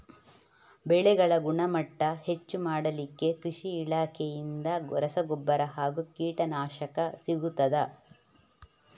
ಬೆಳೆಗಳ ಗುಣಮಟ್ಟ ಹೆಚ್ಚು ಮಾಡಲಿಕ್ಕೆ ಕೃಷಿ ಇಲಾಖೆಯಿಂದ ರಸಗೊಬ್ಬರ ಹಾಗೂ ಕೀಟನಾಶಕ ಸಿಗುತ್ತದಾ?